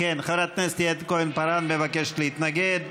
כן, חברת הכנסת יעל כהן-פארן מבקשת להתנגד.